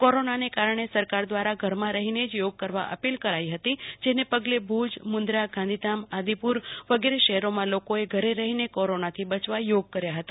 કોરોનાના કારણે સરકાર દ્વારા ઘરમાં રહીને જ યોગ કરવા અપીલ કરી હતી જેને પગલે ભુજ મુન્દ્રા ગાંધીધામ આદિપુર વગેરે શહેરોમાં લોકોએ ઘર રહીને યોગ કર્યા હતા